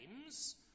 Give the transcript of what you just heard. names